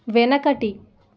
వెనకటి